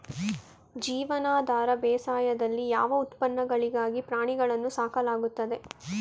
ಜೀವನಾಧಾರ ಬೇಸಾಯದಲ್ಲಿ ಯಾವ ಉತ್ಪನ್ನಗಳಿಗಾಗಿ ಪ್ರಾಣಿಗಳನ್ನು ಸಾಕಲಾಗುತ್ತದೆ?